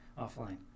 offline